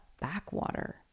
backwater